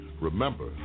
Remember